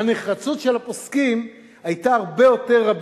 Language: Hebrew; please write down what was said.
הנחרצות של הפוסקים היתה רבה הרבה יותר,